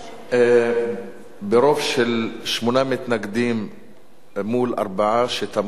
ברוב של שמונה מתנגדים אל מול ארבעה שתמכו,